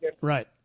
Right